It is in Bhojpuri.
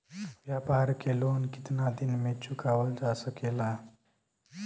व्यापार के लोन कितना दिन मे चुकावल जा सकेला?